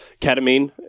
ketamine